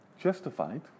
justified